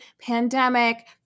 pandemic